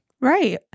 Right